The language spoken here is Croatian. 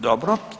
Dobro.